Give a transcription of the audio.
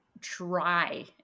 try